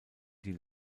die